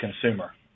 consumer